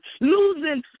Losing